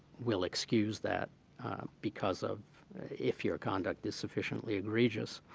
we'll excuse that because of if your conduct is sufficiently egregious.